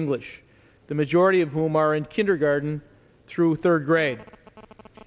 english the majority of whom are in kindergarten through third grade